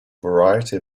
variety